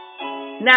Now